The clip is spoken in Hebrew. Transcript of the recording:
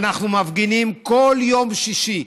אנחנו מפגינים כל יום שישי,